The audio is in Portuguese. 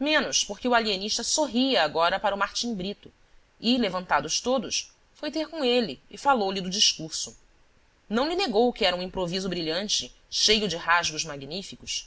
menos porque o alienista sorria agora para o martim brito e levantados todos foi ter com ele e falou-lhe do discurso não lhe negou que era um improviso brilhante cheio de rasgos magníficos